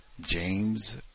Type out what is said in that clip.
James